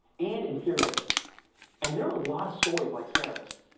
and infuriating and there are a lot of stories like sarah's,